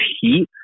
heat